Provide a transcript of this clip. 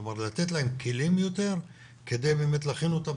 כלומר לתת להם יותר כלים כדי להכין אותם